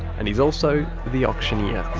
and he's also. the auctioneer.